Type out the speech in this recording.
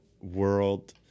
world